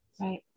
right